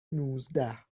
نوزده